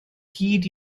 hyd